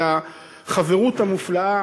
על החברות המופלאה